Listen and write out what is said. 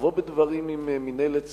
תבוא בדברים עם מינהלת סל"ע,